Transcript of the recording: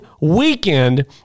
weekend